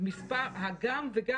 איתורים שאיתרת בשב"כ וגם